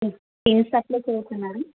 టిన్ supply చేయవచ్చా madam